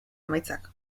emaitzak